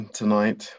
tonight